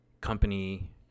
company